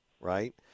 right